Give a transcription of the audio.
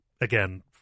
Again